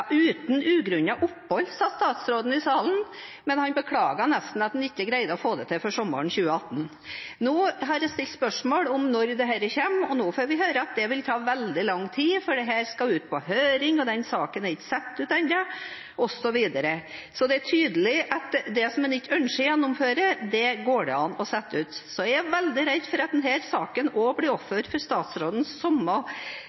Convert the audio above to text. uten ugrunnet opphold, sa statsråden i salen, men han beklaget nesten at han ikke greide å få det til før sommeren 2018. Nå har jeg stilt spørsmål om når dette kommer, og da får jeg høre at det vil ta veldig lang tid, for dette skal ut på høring, saken er ikke sendt ut ennå, osv. Så det er tydelig at det en ikke ønsker å gjennomføre, går det an å utsette. Jeg er veldig redd for at denne saken også blir